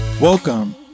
Welcome